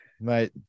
Mate